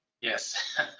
Yes